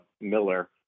Miller